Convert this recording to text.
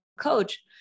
coach